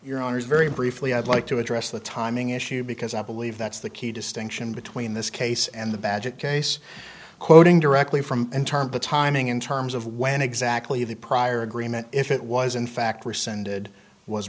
your owners very briefly i'd like to address the timing issue because i believe that's the key distinction between this case and the badge it case quoting directly from in terms of timing in terms of when exactly the prior agreement if it was in fact rescinded was